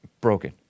broken